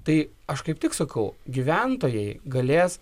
tai aš kaip tik sakau gyventojai galės